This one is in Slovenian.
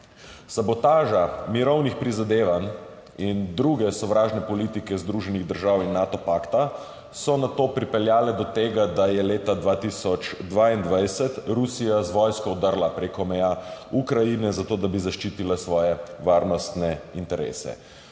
Sabotaža mirovnih prizadevanj in druge sovražne politike Združenih držav in Nato pakta so nato pripeljale do tega, da je leta 2022 Rusija z vojsko vdrla preko meja Ukrajine, zato da bi zaščitila svoje varnostne interese.